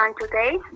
today